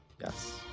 Yes